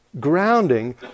grounding